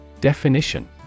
Definition